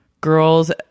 girls